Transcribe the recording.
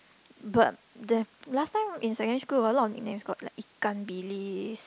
but the last time in secondary school got a lot of nicknames got like ikan bilis